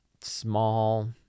small